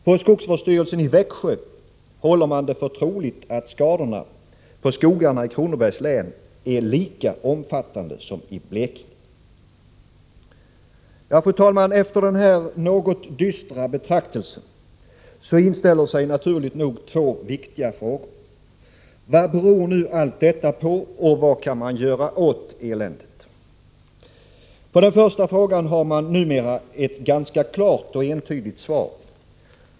På skogsvårdsstyrelsen i Växjö håller man för troligt att skadorna på skogarna i Kronobergs län är lika omfattande som i Blekinge. Fru talman! Efter denna något dystra betraktelse inställer sig naturligt nog två viktiga frågor: Vad beror nu allt detta på och vad kan man göra åt eländet? På den första frågan har man numera ett ganska klart och entydigt svar.